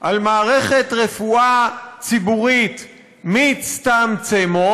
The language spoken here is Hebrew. על מערכת הרפואה הציבורית מצטמצמות,